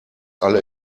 alle